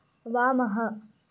वामः